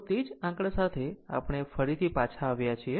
તો તે જ આંકડા સાથે આપણે ફરીથી પાછા આવ્યા છીએ